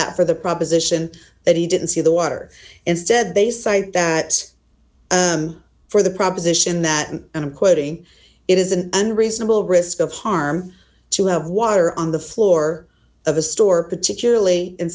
that for the proposition that he didn't see the water instead they cite that for the proposition that and i'm quoting it is an unreasonable risk of harm to have water on the floor of a store particularly in